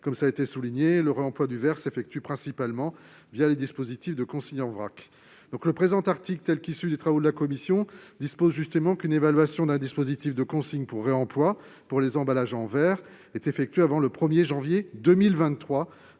Cela a été souligné, le réemploi du verre s'effectue principalement les dispositifs de consigne et de vrac. L'article 12 tel qu'issu des travaux de la commission dispose justement qu'une évaluation d'un dispositif de consigne pour réemploi pour les emballages en verre est effectuée avant le 1 janvier 2023